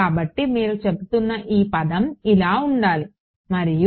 కాబట్టి మీరు చెబుతున్న ఈ పదం ఇలా ఉండాలి మరియు